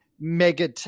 mega